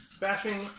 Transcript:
bashing